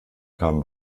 kam